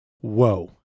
Whoa